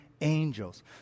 angels